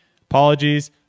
Apologies